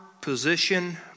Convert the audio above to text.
position